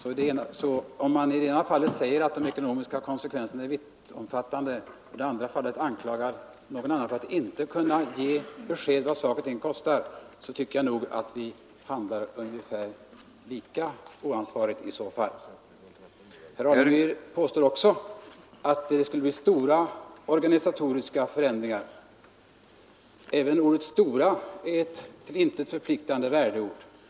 Å ena sidan säger herr Alemyr att de ekonomiska konsekvenserna är vittomfattande, å andra sidan anklagar han mig för att inte kunna ge besked om vad saker och ting kostar. Jag tycker nog att vi i så fall uttalar oss lika oansvarigt. Herr Alemyr påstår också att det skulle bli stora organisatoriska förändringar. Även ordet ”stora” är ett till intet förpliktande värdeord.